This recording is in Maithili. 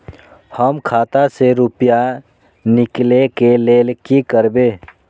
हम खाता से रुपया निकले के लेल की करबे?